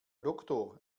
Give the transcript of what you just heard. doktor